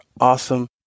awesome